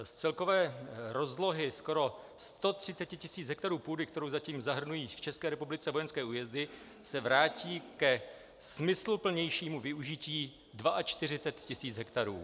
Z celkové rozlohy skoro 130 tisíc hektarů půdy, kterou zatím zahrnují v České republice vojenské újezdy, se vrátí ke smysluplnějšímu využití 42 tisíc hektarů.